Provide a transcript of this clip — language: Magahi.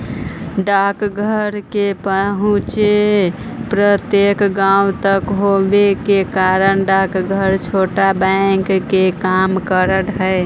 डाकघर के पहुंच प्रत्येक गांव तक होवे के कारण डाकघर छोटा बैंक के काम करऽ हइ